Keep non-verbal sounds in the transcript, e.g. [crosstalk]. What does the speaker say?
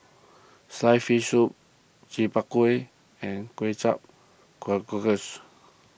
Sliced Fish Soup Chi [unintelligible] Kuih and Kway Teow Cockles